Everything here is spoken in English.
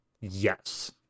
yes